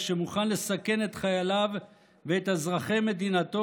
ושמוכן לסכן את חייליו ואת אזרחי מדינתו